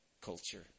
culture